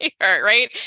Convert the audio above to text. right